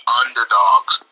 underdogs